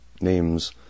names